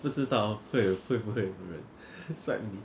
不知道会会不会有人 swipe 你